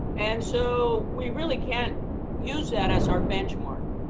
and so we really can't use that as our benchmark.